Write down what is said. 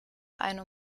eine